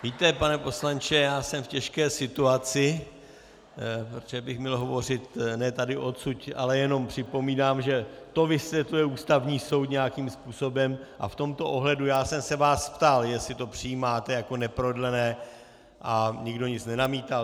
Víte, pane poslanče, já jsem v těžké situaci, protože bych měl hovořit ne tady odsud, ale jenom připomínám, že to vysvětluje Ústavní soud nějakým způsobem a v tomto ohledu já jsem se vás ptal, jestli to přijímáte jako neprodlené, a nikdo nic nenamítal.